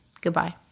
Goodbye